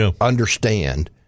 Understand